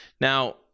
Now